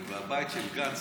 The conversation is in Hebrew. הבית של גנץ,